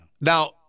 Now